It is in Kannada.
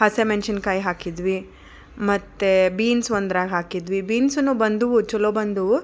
ಹಸಿಮೆಣ್ಸಿನ್ಕಾಯಿ ಹಾಕಿದ್ವಿ ಮತ್ತೆ ಬೀನ್ಸ್ ಒಂದರಾಗ ಹಾಕಿದ್ವಿ ಬೀನ್ಸೂ ಬಂದು ಚಲೋ ಬಂದವು